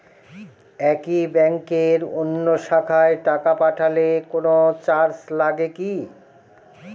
একই ব্যাংকের অন্য শাখায় টাকা পাঠালে কোন চার্জ লাগে কি?